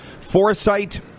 foresight